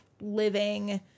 living